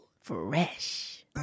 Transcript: Fresh